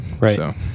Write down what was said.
Right